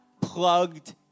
plugged